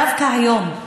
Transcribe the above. דווקא היום,